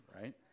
right